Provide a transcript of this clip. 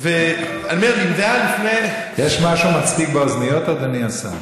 יש משהו מצחיק באוזניות, אדוני השר?